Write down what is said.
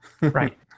Right